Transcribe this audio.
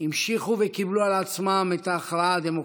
המשיכו וקיבלו על עצמם את ההכרעה הדמוקרטית.